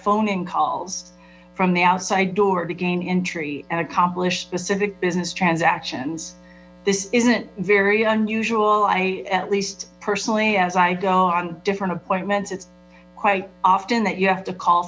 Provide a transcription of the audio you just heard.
phone calls from the outside door to gain entry and accomplish specific business transactions this isn't very unusual i at least personally as i go on different appointments quite often that you have to call